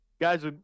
guys –